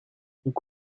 nous